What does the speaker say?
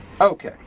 Okay